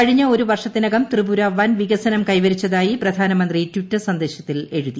കഴിഞ്ഞ ഒരു വർഷത്തിനകം ത്രിപുര വൻ വികസനം കൈവരിച്ചതായി പ്രധാനമന്ത്രി ട്വിറ്റർ സന്ദേശത്തിൽ എഴുതി